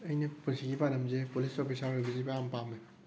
ꯑꯩꯅ ꯄꯨꯟꯁꯤꯒꯤ ꯄꯥꯟꯗꯝꯁꯦ ꯄꯨꯂꯤꯁ ꯑꯣꯐꯤꯁꯥꯔ ꯑꯣꯏꯕꯁꯦ ꯌꯥꯝ ꯄꯥꯝꯃꯦ